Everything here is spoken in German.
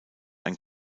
ein